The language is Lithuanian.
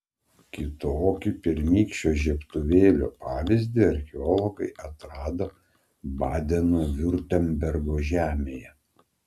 kitokį pirmykščio žiebtuvėlio pavyzdį archeologai atrado badeno viurtembergo žemėje